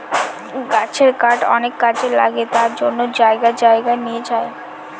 গাছের কাঠ অনেক কাজে লাগে তার জন্য জায়গায় জায়গায় নিয়ে যায়